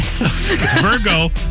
Virgo